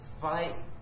fight